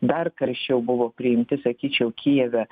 dar karščiau buvo priimti sakyčiau kijeve